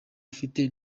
afite